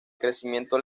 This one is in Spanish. crecimiento